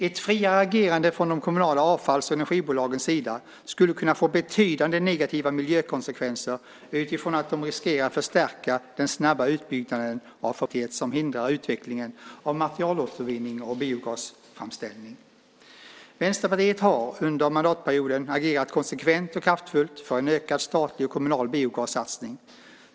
Ett friare agerande från de kommunala avfalls och energibolagens sida skulle kunna få betydande negativa miljökonsekvenser utifrån att det riskerar att förstärka den snabba utbyggnaden av förbränningskapacitet som hindrar utvecklingen av materialåtervinning och biogasframställning. Vänsterpartiet har under mandatperioden agerat konsekvent och kraftfullt för en ökad statlig och kommunal biogassatsning.